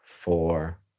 four